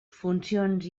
funcions